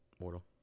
Mortal